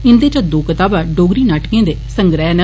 इन्दे चां दो कताबा डोगरी नाटकें दे संग्रह न